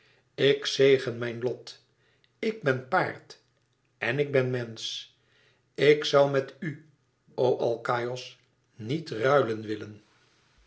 ik zegen mijn lot ik ben paard en ik ben mensch ik zoû met u o alkaïos niet ruilen willen